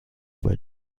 were